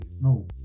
No